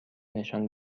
نشان